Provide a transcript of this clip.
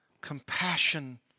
compassion